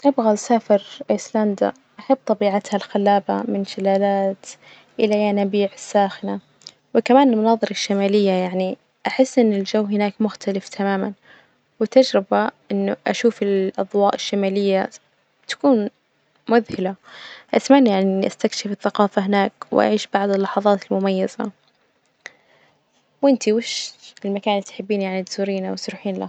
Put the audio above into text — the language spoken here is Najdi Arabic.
أبغى أسافر أيسلندا، أحب طبيعتها الخلابة من شلالات إلى ينابيع ساخنة، وكمان المناظر الشمالية، يعني أحس إن الجو هناك مختلف تماما، وتجربة إنه أشوف الأضواء الشمالية تكون مذهلة، أتمنى يعني إني أستكشف الثقافة هناك وأعيش بعض اللحظات المميزة، وإنتي وش المكان اللي تحبين يعني تزورينه وتروحين له?